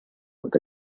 with